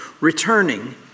returning